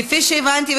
כפי שהבנתי,